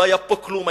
לא היה פה כלום,